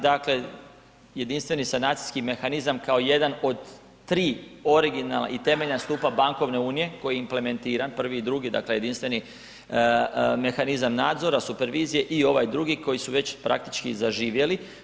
Dakle jedinstveni sanacijski mehanizam kao jedan od tri originalna i temeljna stupa bankovne unije koji je implementiran prvi i drugi, dakle jedinstveni mehanizam nadzora supervizije i ovaj drugi koji su već praktički zaživjeli.